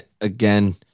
again